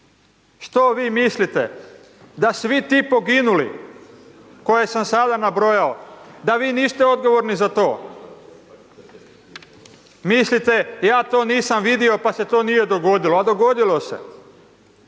Što vi mislite da svi ti poginuli, koje sam sada nabrojao, da vi niste odgovorni za to? Mislite, ja to nisam vidio pa se to nije dogodilo, a dogodilo se.